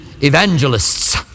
evangelists